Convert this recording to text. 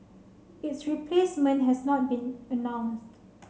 its replacement has not been announced